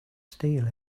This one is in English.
steal